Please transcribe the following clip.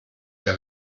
der